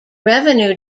revenue